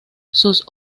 sus